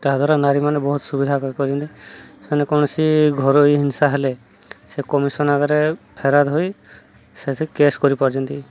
ତାଦ୍ୱାରା ନାରୀମାନେ ବହୁତ ସୁବିଧା ପାଇପାରୁଛନ୍ତି ସେମାନେ କୌଣସି ଘରୋଇ ହିଂସା ହେଲେ ସେ କମିସନ୍ ଆଗରେ ଫେରାଦ ହୋଇ ସେଠି କେସ୍ କରିପାରୁଛନ୍ତି